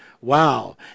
wow